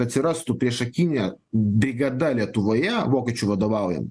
atsirastų priešakinė brigada lietuvoje vokiečių vadovaujama